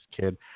kid